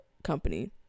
company